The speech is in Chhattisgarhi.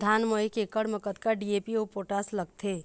धान म एक एकड़ म कतका डी.ए.पी अऊ पोटास लगथे?